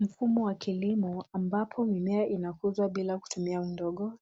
Mfumo wa kilimo ambapo mimea inakuzwa bila kutumia udongo.